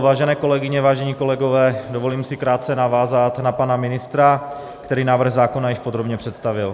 Vážené kolegyně, vážení kolegové, dovolím si krátce navázat na pana ministra, který návrh zákona již podrobně představil.